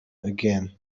again